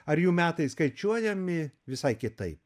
ar jų metai skaičiuojami visai kitaip